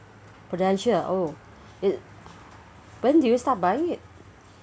Prudential oh when do you started buying it